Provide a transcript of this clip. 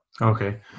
Okay